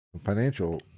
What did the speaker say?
financial